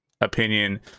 opinion